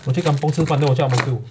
我去 kampung 吃饭 then 我去 ang mo kio